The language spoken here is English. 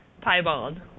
Piebald